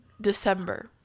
December